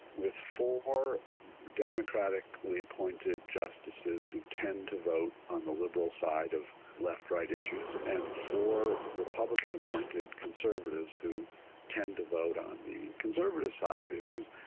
with four democratically appointed justices who tend to vote on the liberal side of the left right issues. and four republican appointed conservatives who tend to vote on the conservative side of issues.